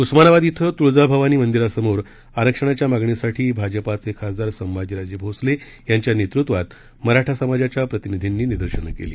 उस्मानाबाद इथं तुळजाभवानी मंदिरासमोर आरक्षणाच्या मागणीसाठी भाजपाचे खासदार संभाजीराजे भोसले यांच्या नेतृत्वात मराठा समाजाच्या प्रतिनिधींनी निदर्शनं केली